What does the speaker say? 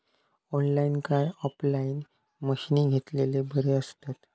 Online काय offline मशीनी घेतलेले बरे आसतात?